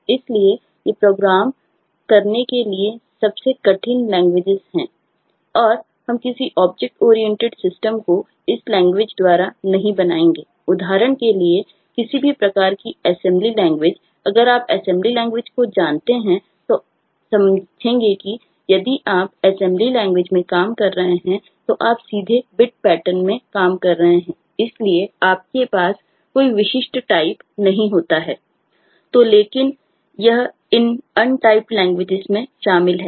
तो लेकिन यह इन अनटाइप्ड लैंग्वेजेस में शामिल है